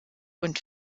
und